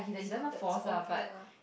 so that's okay lah